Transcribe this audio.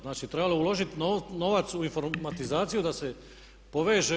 Znači trebalo je uložiti novac u informatizaciju da se poveže.